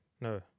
No